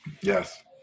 Yes